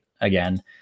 again